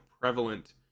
prevalent